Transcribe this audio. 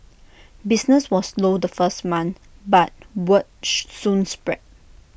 business was slow the first month but word soon spread